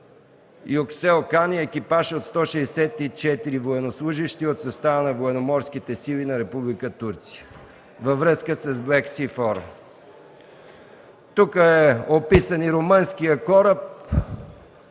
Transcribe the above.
Юксел Кан и екипаж от 164 военнослужещи от състава на Военноморските сили на Република Турция във връзка с БЛЕКСИФОР. Тук е описан и румънският кораб.